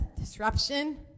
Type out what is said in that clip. disruption